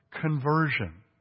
conversion